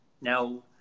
Now